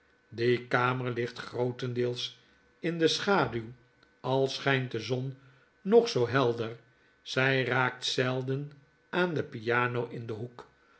die kamer ligt grootendeels in de schaduw al schynt de zon nog zoo helder zij raakt zelden aan de piano indenhoek of de